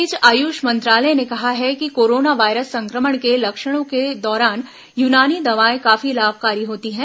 इस बीच आयुष मंत्रालय ने कहा है कि कोरोना वायरस संक्रमण के लक्षणों के दौरान यूनानी दवाएं काफी लाभकारी होती हैं